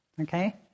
okay